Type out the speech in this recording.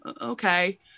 okay